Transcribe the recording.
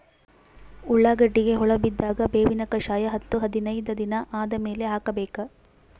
ಉಳ್ಳಾಗಡ್ಡಿಗೆ ಹುಳ ಬಿದ್ದಾಗ ಬೇವಿನ ಕಷಾಯ ಹತ್ತು ಹದಿನೈದ ದಿನ ಆದಮೇಲೆ ಹಾಕಬೇಕ?